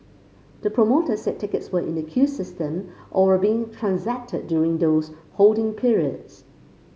the promoter said tickets were in the queue system or were being transacted during those holding periods